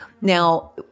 Now